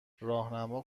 راهنما